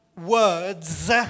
words